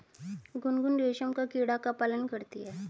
गुनगुन रेशम का कीड़ा का पालन करती है